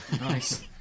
Nice